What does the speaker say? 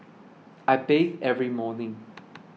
I bathe every morning